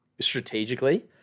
strategically